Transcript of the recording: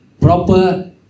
proper